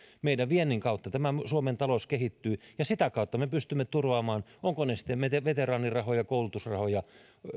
meidän viennin kautta tämä suomen talous kehittyy ja sitä kautta me pystymme turvaamaan olivat ne sitten veteraanirahoja koulutusrahoja